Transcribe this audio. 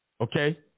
Okay